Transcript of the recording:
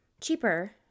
cheaper